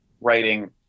writing